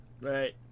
Right